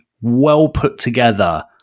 well-put-together